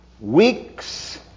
weeks